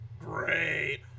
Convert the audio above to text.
Great